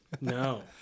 No